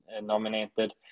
nominated